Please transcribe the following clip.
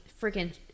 freaking